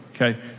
okay